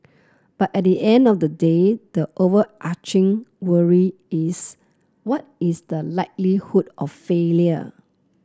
but at the end of the day the overarching worry is what is the likelihood of failure